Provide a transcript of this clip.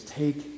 take